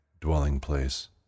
dwelling-place